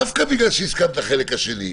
דווקא בגלל שהסכמת לחלק השני,